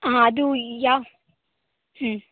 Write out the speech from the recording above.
ಅದು ಯಾ